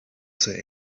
say